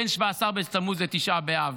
בין 17 בתמוז לתשעה באב.